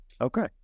okay